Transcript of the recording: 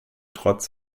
trotz